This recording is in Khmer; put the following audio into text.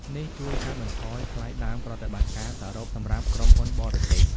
នេះជួយកាត់បន្ថយថ្លៃដើមប្រតិបត្តិការសរុបសម្រាប់ក្រុមហ៊ុនបរទេស។